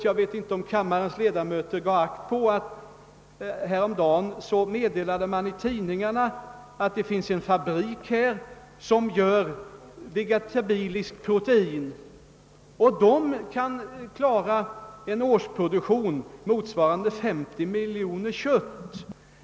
Jag vet inte om kammarens ledamöter gav akt på att tidningarna häromdagen meddelade att det finns en fabrik här som gör vegetabiliskt protein och kan klara en årsproduktion motsvarande 50 miljoner kilo kött.